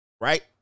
Right